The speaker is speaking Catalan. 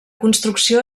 construcció